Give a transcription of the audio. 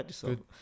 good